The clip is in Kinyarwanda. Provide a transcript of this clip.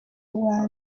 rwanda